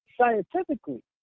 scientifically